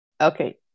okay